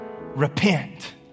repent